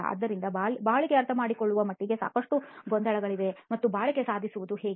ಆದ್ದರಿಂದ ಬಾಳಿಕೆ ಅರ್ಥಮಾಡಿಕೊಳ್ಳುವ ಮಟ್ಟಿಗೆ ಸಾಕಷ್ಟು ಗೊಂದಲಗಳಿವೆ ಮತ್ತು ಈ ಬಾಳಿಕೆ ಸಾಧಿಸುವುದು ಹೇಗೆ